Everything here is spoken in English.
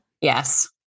Yes